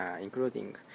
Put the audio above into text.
including